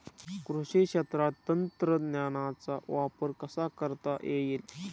कृषी क्षेत्रात तंत्रज्ञानाचा वापर कसा करता येईल?